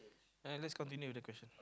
uh let's continue with the question